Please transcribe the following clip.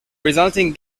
resulting